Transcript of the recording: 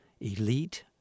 elite